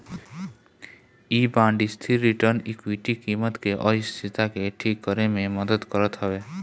इ बांड स्थिर return equity कीमत के अस्थिरता के ठीक करे में मदद करत हवे